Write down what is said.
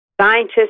scientists